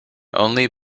only